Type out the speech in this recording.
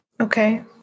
Okay